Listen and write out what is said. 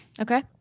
Okay